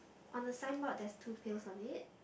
on the signboard there's two pills on it